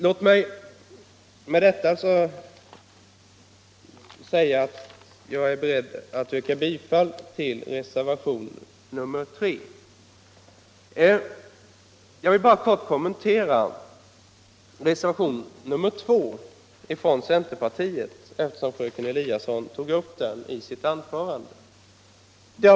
Låt mig med detta säga att jag är beredd att yrka bifall till reservationen Jag vill bara kort kommentera reservationen 2 från centerpartiet, eftersom fröken Eliasson tog upp den i sitt anförande.